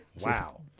Wow